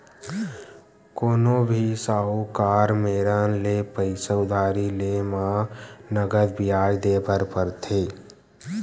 कोनो भी साहूकार मेरन ले पइसा उधारी लेय म नँगत बियाज देय बर परथे